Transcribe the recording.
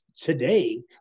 today